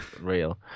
real